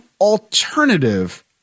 alternative